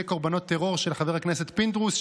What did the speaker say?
קורבנות טרור של חבר הכנסת פינדרוס,